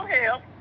help